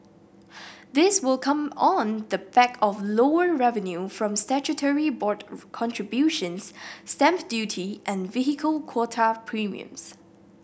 this will come on the back of lower revenue from statutory board contributions stamp duty and vehicle quota premiums